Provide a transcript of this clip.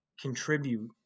contribute